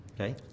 Okay